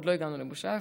עוד לא הגענו לבושאייף,